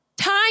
Time